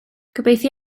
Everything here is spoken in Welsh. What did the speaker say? gobeithio